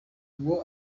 uwo